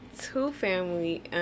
two-family